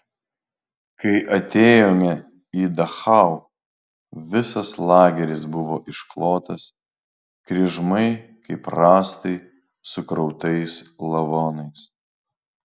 kai atėjome į dachau visas lageris buvo išklotas kryžmai kaip rąstai sukrautais lavonais